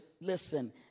listen